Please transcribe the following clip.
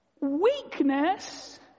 Weakness